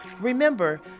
remember